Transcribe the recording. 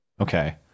Okay